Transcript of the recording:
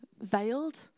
veiled